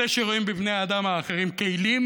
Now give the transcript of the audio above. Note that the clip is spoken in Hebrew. אלה שרואים בבני האדם האחרים כלים